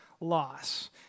loss